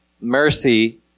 mercy